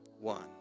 one